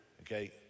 okay